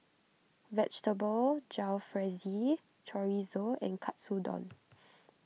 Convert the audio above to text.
Vegetable Jalfrezi Chorizo and Katsudon